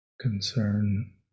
concern